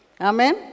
Amen